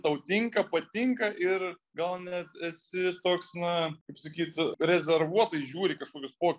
tau tinka patinka ir gal net esi toks na kaip sakyt rezervuotai žiūri į kažkokius po